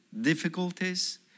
Difficulties